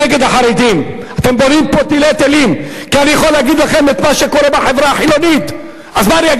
כי יש לנו רק